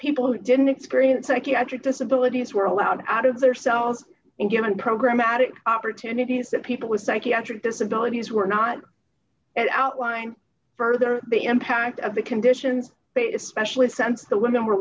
people who didn't experience psychiatric disabilities were allowed out of their cells and given programatic opportunities that people with psychiatric disabilities were not outline further the impact of the condition based specialist sense that women were